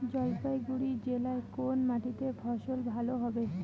জলপাইগুড়ি জেলায় কোন মাটিতে ফসল ভালো হবে?